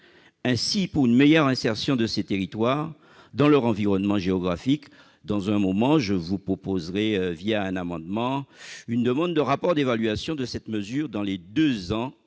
Aussi, pour une meilleure insertion de ces territoires dans leur environnement géographique, je proposerai, un amendement, une demande de rapport d'évaluation de cette mesure dans les deux ans, afin de